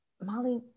Molly